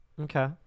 Okay